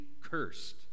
cursed